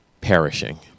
perishing